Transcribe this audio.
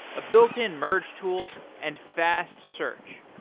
a built-in merge tool, and fast search.